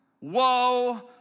woe